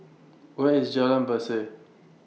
Where IS Jalan Berseh